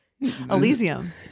Elysium